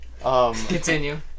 continue